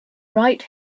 right